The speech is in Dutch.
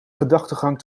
gedachtegang